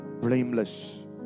blameless